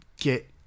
get